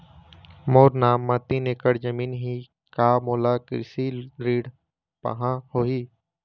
मोर नाम म तीन एकड़ जमीन ही का मोला कृषि ऋण पाहां होही?